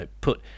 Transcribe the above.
put